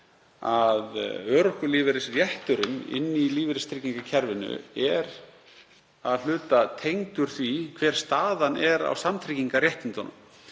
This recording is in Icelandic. að örorkulífeyrisrétturinn í lífeyristryggingakerfinu er að hluta tengdur því hver staðan er á samtryggingarréttindunum.